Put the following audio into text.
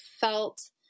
felt